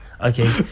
Okay